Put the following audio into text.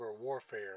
warfare